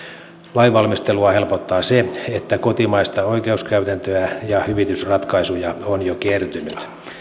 lainvalmistelua helpottaa se että kotimaista oikeuskäytäntöä ja hyvitysratkaisuja on jo kertynyt